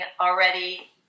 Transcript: already